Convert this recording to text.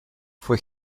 fue